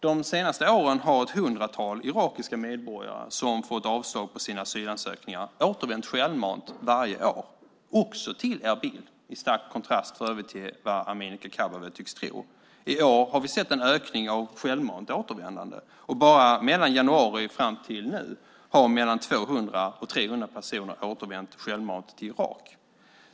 De senaste åren har ett hundratal irakiska medborgare som fått avslag på sina asylansökningar återvänt självmant varje år, också till Erbil, för övrigt i stark kontrast till vad Amineh Kakabaveh tycks tro. I år har vi sett en ökning av självmant återvändande. Bara sedan januari och fram till nu har 200-300 personer självmant återvänt till Irak.